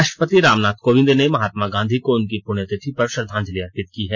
राष्ट्रपति रामनाथ कोविंद ने महात्मा गांधी को उनकी पुण्यतिथि पर श्रद्धांजलि अर्पित की है